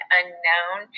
unknown